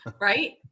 Right